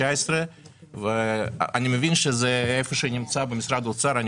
2019. אני מבין שזה נמצא איפשהו במשרד האוצר.